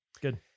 Good